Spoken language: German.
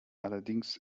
allerdings